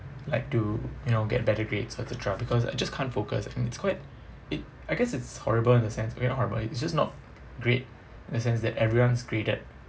like to you know get better grades et cetera because I just can't focus and it's quite it I guess it's horrible in the sense okay not horrible it's just not great in the sense that everyone's graded